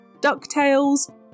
DuckTales